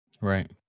Right